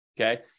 okay